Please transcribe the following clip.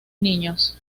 niños